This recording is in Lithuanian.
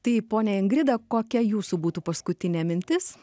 tai ponia ingrida kokia jūsų būtų paskutinė mintis